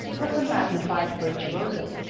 was a magnified virtuoso.